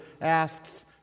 asks